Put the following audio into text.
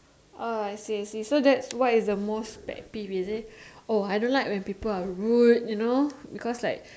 orh I see I see so that's what is the most pet peeves is it oh I don't like when people are rude you know cause like